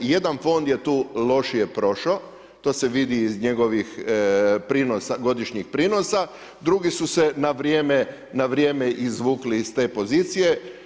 Jedan fond je tu lošije prošao, to se vidi iz njegovih godišnjih prinosa, drugi su se na vrijeme izvukli iz te pozicije.